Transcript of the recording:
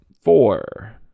Four